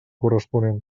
corresponent